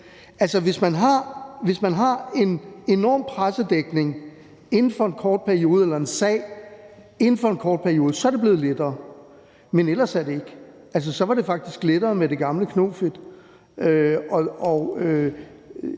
periode har en enorm pressedækning af en sag, er det blevet lettere. Men ellers er det ikke. Så var det faktisk lettere med det gamle knofedt,